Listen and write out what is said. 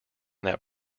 that